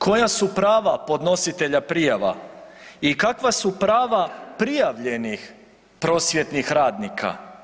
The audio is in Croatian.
Koja su prava podnositelja prijava i kakva su prava prijavljenih prosvjetnih radnika?